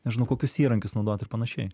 nežinau kokius įrankius naudot ir panašiai